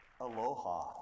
Aloha